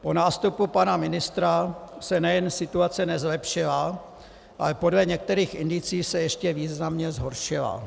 Po nástupu pana ministra se nejen situace nezlepšila, ale podle některých indicií se ještě významně zhoršila.